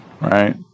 right